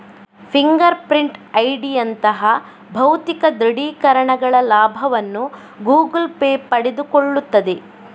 finger print ಐಡಿಯಂತಹ ಭೌತಿಕ ದೃಢೀಕರಣಗಳ ಲಾಭವನ್ನು ಗೂಗಲ್ ಪೇ ಪಡೆದುಕೊಳ್ಳುತ್ತದೆ